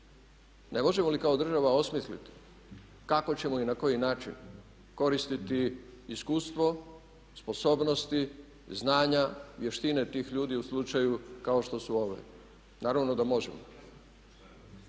Ne možemo li kao država osmisliti kako ćemo i na koji način koristiti iskustvo, sposobnosti, znanja, vještine tih ljudi u slučaju kao što su ove? Naravno da možemo.